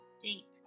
deep